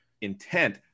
intent